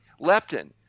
Leptin